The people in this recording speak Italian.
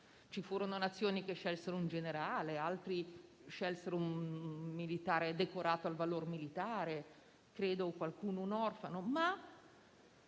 Ci furono Nazioni che scelsero un generale, altre scelsero un militare decorato al valor militare e credo che qualcuna scelse un orfano.